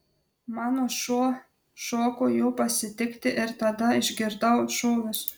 mano šuo šoko jų pasitikti ir tada išgirdau šūvius